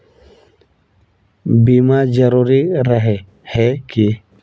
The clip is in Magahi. बीमा जरूरी रहे है की?